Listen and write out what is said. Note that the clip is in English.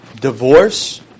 divorce